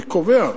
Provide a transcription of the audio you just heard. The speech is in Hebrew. אני קובע,